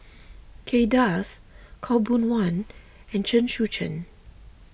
Kay Das Khaw Boon Wan and Chen Sucheng